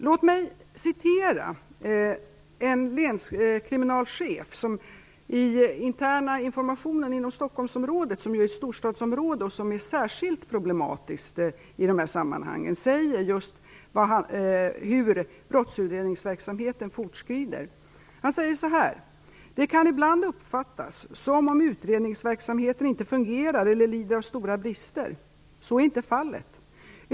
Låt mig återge det en länskriminalchef i interna informationen inom Stockholmsområdet, som ju är storstadsområde och särskilt problematiskt i de här sammanhangen, säger just om hur brottsutredningsverksamheten fortskrider: Det kan ibland uppfattas som om utredningsverksamheten inte fungerar eller lider av stora brister. Så är inte fallet.